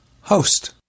host